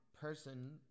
person